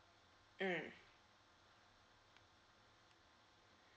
mm